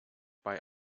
bei